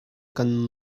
kan